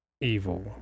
evil